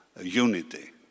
unity